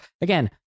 again